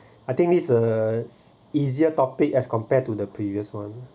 I think it's a easier topic as compared to the previous one